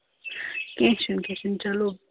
کیٚنٛہہ چھُنہٕ کیٚنٛہہ چھُنہٕ چلو